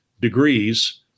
degrees